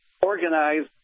organize